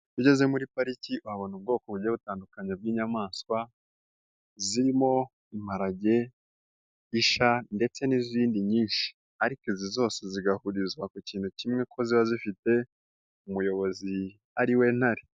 Iyo ugeze muri pariki uhabona ubwoko bugiye butandukanye bw'inyamanswa, zirimo imparage, isha ndetse n'izindi nyinshi ariko izo zose zigahurizwa ku kintu kimwe ko ziba zifite umuyobozi ari we ntare.